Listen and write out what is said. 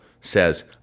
says